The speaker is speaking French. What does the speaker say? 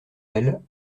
elle